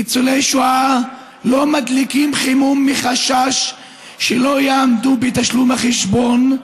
ניצולי שואה לא מדליקים חימום מחשש שלא יעמדו בתשלום החשבון,